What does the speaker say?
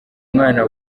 mwana